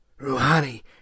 Rouhani